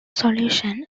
solution